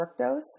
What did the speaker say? fructose